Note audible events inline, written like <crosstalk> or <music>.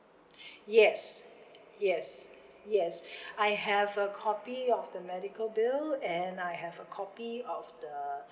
<breath> yes yes yes <breath> I have a copy of the medical bill and I have a copy of the